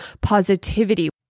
positivity